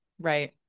Right